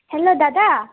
hello দাদা